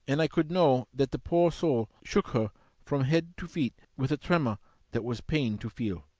and i could know that the poor soul shook her from head to feet with a tremor that was pain to feel.